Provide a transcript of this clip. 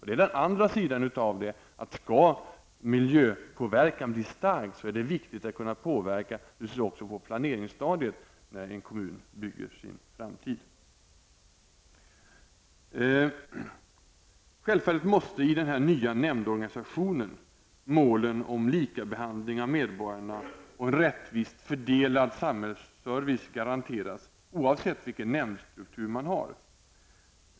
Det är den andra sidan av saken. Skall miljövärden tillmätas stor betydelse, är det viktigt att kunna påverka också på planeringsstadiet, när en kommun bygger sin framtid. Självfallet måste i den nya nämndorganisationen målen om likabehandling av medborgarna och en rättvist fördelad samhällsservice garanteras, oavsett vilken nämndstruktur man har.